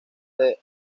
del